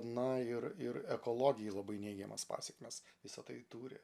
na ir ir ekologijai labai neigiamas pasekmes visa tai turi